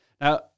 Now